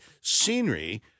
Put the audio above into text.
scenery